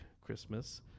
christmas